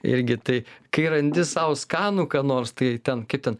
irgi tai kai randi sau skanų ką nors tai ten kaip ten